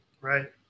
Right